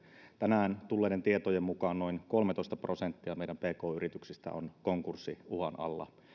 tänään tulleiden tietojen mukaan noin kolmetoista prosenttia meidän pk yrityksistä on konkurssiuhan alla